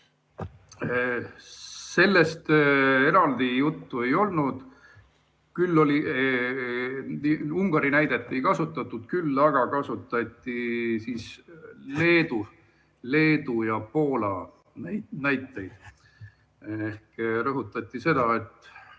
Sellest eraldi juttu ei olnud. Ungari näidet ei kasutatud, küll aga kasutati Leedu ja Poola näiteid. Rõhutati seda, et